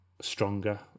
stronger